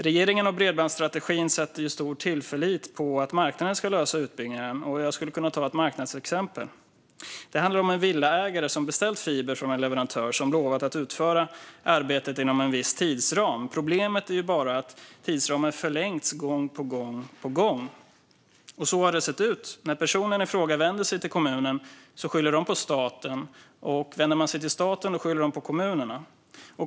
Regeringen och bredbandsstrategin sätter stor tillit till att marknaden ska lösa utbyggnaden. Jag skulle kunna ta ett marknadsexempel. Det handlar om en villaägare som beställt fiber från en leverantör som lovat att utföra arbetet inom en viss tidsram. Problemet är att bara att tidsramen förlängts gång på gång. Så har det sett ut: När personen i fråga vänder sig till kommunen skyller de på staten. Vänder man sig till staten skyller de på kommunerna.